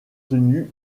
tenu